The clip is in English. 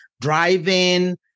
driving